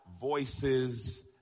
Voices